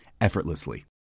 effortlessly